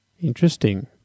Interesting